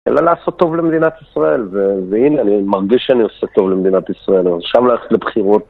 אלא לעשות טוב למדינת ישראל, והנה, אני מרגיש שאני עושה טוב למדינת ישראל, אז שם לבחירות.